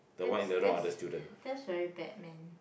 that's that's that's very bad man